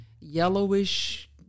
yellowish